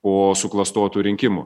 po suklastotų rinkimų